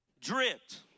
Dripped